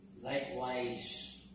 likewise